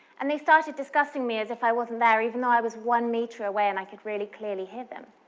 and they started discussing me as if i wasn't there, even though i was one meter away, and i could really clearly hear them.